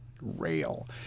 rail